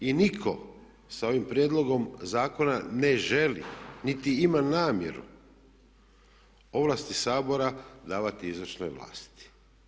I nitko sa ovim prijedlogom zakona ne želi niti ima namjeru ovlasti Sabora davati izvršnoj vlasti.